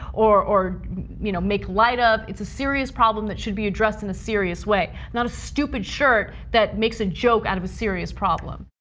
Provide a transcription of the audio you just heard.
or or you know make light of. it's a serious problem that should have addressed in a serious way, not a stupid shirt that makes a joke out of a serious problem.